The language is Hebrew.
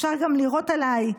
אפשר גם לירות עליי,